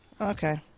Okay